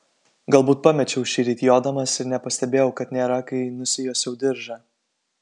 galbūt pamečiau šįryt jodamas ir nepastebėjau kad nėra kai nusijuosiau diržą